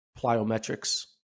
plyometrics